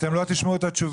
אתם לא תשמעו את התשובה.